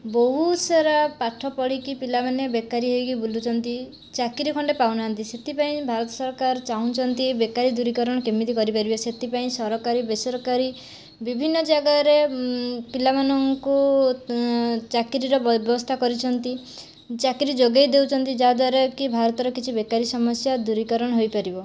ବହୁତ ସାରା ପାଠ ପଢ଼ିକି ପିଲାମାନେ ବେକାରୀ ହେଇକି ବୁଲୁଛନ୍ତି ଚାକିରୀ ଖଣ୍ଡେ ପାଉ ନାହାନ୍ତି ସେଥିପାଇଁ ଭାରତ ସରକାର ଚାଁହୁଛନ୍ତି ବେକାରୀ ଦୂରୀକରଣ କେମିତି କରିପାରିବେ ସେଥିପାଇଁ ସରକାରୀ ବେସରକାରୀ ବିଭିନ୍ନ ଜାଗାରେ ପିଲାମାନଙ୍କୁ ଚାକିରୀର ବ୍ୟବସ୍ଥା କରିଛନ୍ତି ଚାକିରୀ ଯୋଗେଇ ଦେଉଛନ୍ତି ଯାହା ଦ୍ଵାରା କି ଭାରତ ର କିଛି ବେକାରୀ ସମସ୍ୟା ଦୂରୀକରଣ ହୋଇ ପାରିବ